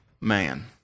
man